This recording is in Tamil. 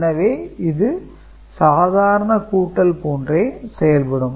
எனவே இது சாதாரண கூட்டல் போன்றே செயல்படும்